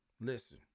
Listen